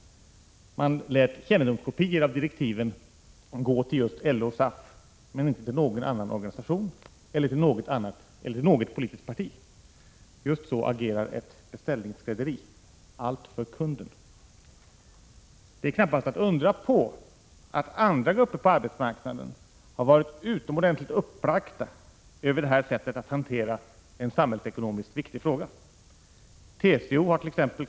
Man lät kännedomskopior av direktiven gå till LO och SAF men inte till någon annan organisation eller till något politiskt parti. Just så agerar ett beställningsskrädderi— allt för kunden! Det är knappast att undra på att andra grupper på arbetsmarknaden har varit utomordentligt uppbragta över detta sätt att hantera en samhällsekonomiskt viktig fråga. TCO hart.ex.